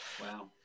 Wow